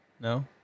No